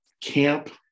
camp